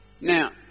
Now